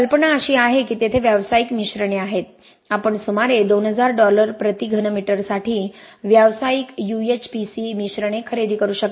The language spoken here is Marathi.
कल्पना अशी आहे की तेथे व्यावसायिक मिश्रणे आहेत आपण सुमारे 2000 डॉलर प्रति घन मीटरसाठी व्यावसायिक UHPC मिश्रणे खरेदी करू शकता